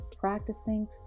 practicing